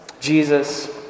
Jesus